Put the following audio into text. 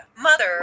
mother